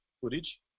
footage